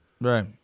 Right